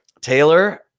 Taylor